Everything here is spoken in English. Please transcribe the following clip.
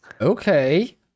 Okay